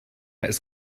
ist